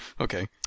okay